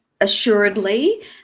assuredly